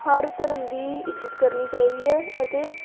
ਹਰ ਧਰਮ ਦੀ ਇੱਜਤ ਕਰਨੀ ਚਾਹੀਦੀ ਹੈ ਅਤੇ